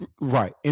Right